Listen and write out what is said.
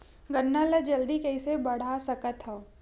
गन्ना ल जल्दी कइसे बढ़ा सकत हव?